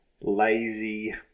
lazy